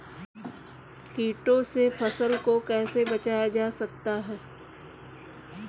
कीटों से फसल को कैसे बचाया जा सकता है?